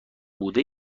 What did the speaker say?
بوده